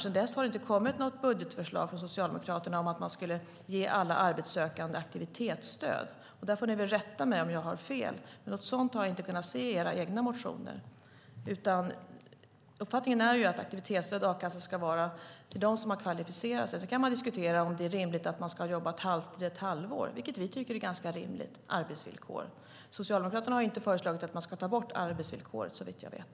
Sedan dess har det inte kommit något budgetförslag från Socialdemokraterna om att man skulle ge alla arbetssökande aktivitetsstöd. Ni får rätta mig om jag har fel, men något sådant har jag inte kunnat se i era egna motioner. Uppfattningen är att man ska kvalificera sig för aktivitetsstöd och a-kassa. Sedan kan man diskutera om det är rimligt att man ska ha jobbat halvtid i ett halvår, vilket vi tycker är ett ganska rimligt arbetsvillkor. Socialdemokraterna har inte föreslagit att man ska ta bort arbetsvillkoret, såvitt jag vet.